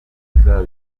ibyiza